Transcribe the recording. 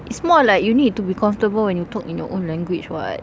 it's more like you need to be comfortable when you talk in your own language [what]